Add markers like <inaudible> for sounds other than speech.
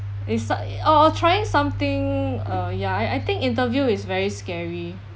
it's <noise> or or trying something uh ya I I think interview is very scary